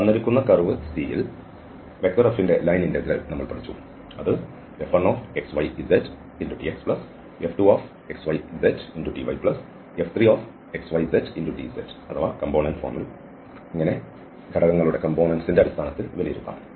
തന്നിരിക്കുന്ന curve C യിൽ F ന്റെ ലൈൻ ഇന്റഗ്രൽ നമ്മൾ പഠിച്ചു അത് F1xyzdxF2xyzdyF3xyzdz എന്നിങ്ങനെ ഘടകങ്ങളുടെ അടിസ്ഥാനത്തിൽ വിലയിരുത്താം